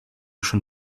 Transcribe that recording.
schon